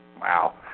Wow